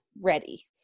ready